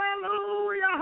Hallelujah